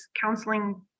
counseling